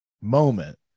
moment